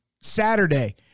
Saturday